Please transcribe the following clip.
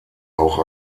auch